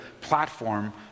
platform